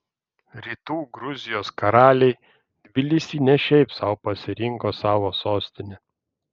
rytų gruzijos karaliai tbilisį ne šiaip sau pasirinko savo sostine